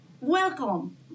Welcome